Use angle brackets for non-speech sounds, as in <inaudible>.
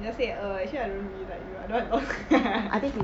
you never say err actually I don't really like you I don't want to talk to you <laughs>